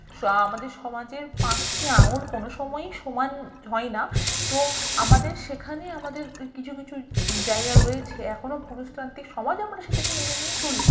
শা আমাদের সমাজের পাঁচটি আঙুল কোনো সময়েই সমান হয় না তো আমাদের সেখানে আমাদের কিছু কিছু জায়গা রয়েছে এখনো পুরুষতান্ত্রিক সমাজ আমরা সেটাকে মেনে নিয়েই চলি